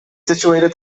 situated